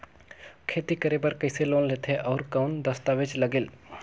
खेती करे बर कइसे लोन लेथे और कौन दस्तावेज लगेल?